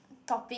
topic